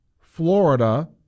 Florida